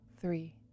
three